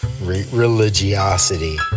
religiosity